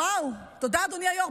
וואו, תודה, אדוני היו"ר.